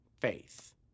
faith